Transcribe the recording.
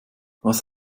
was